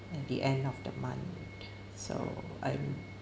at the end of the month so I'm